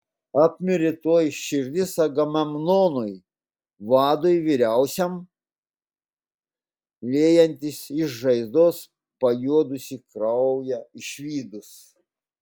apmirė tuoj širdis agamemnonui vadui vyriausiam liejantis iš žaizdos pajuodusį kraują išvydus